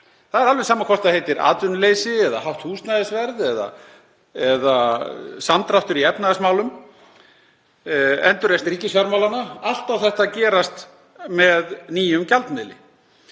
Það er alveg sama hvort það heitir atvinnuleysi eða hátt húsnæðisverð, samdráttur í efnahagsmálum eða endurreisn ríkisfjármálanna, allt á þetta að gerast með nýjum gjaldmiðli.